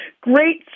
great